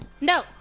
No